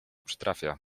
przytrafia